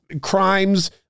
crimes